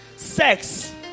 sex